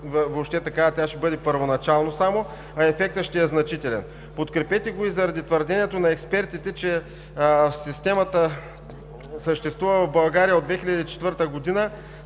въобще такава, тя ще бъде само първоначално, а ефектът ще е значителен. Подкрепете го и заради твърдението на експертите, че системата съществува в България от 2004 г., но